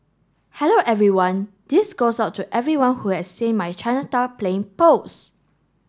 hello everyone this goes out to everyone who has seen my Chinatown plane post